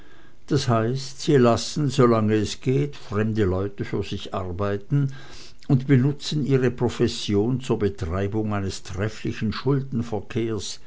d h sie lassen solange es geht fremde leute für sich arbeiten und benutzen ihre profession zur betreibung eines trefflichen